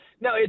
No